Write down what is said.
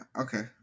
Okay